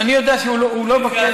אני יודע שהוא לא בכלא,